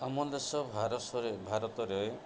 ଆମ ଦେଶ ଭାରସରେ ଭାରତରେ